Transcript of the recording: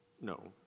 No